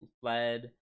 fled